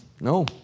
no